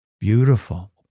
Beautiful